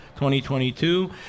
2022